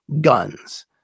guns